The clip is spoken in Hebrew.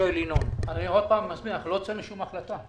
לא הוצאנו שום החלטה.